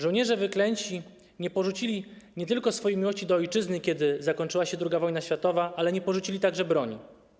Żołnierze wyklęci nie porzucili nie tylko swojej miłości do ojczyzny, kiedy zakończyła się II wojna światowa, ale nie porzucili także broni.